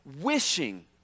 wishing